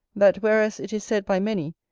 that whereas it is said by many,